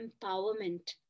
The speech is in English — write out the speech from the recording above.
empowerment